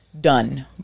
done